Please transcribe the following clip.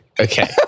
Okay